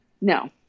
No